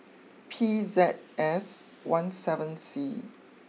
P Z S one seven C